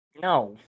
No